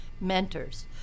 mentors